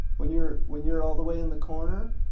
when you're when you're all the way in the corner,